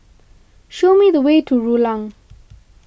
show me the way to Rulang